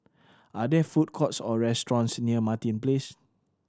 are there food courts or restaurants near Martin Place